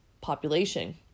population